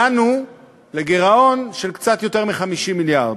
הגענו לגירעון של קצת יותר מ-50 מיליארד.